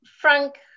frank